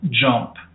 jump